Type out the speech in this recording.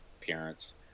appearance